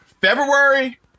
February